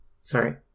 Sorry